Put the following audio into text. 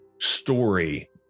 story